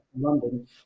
London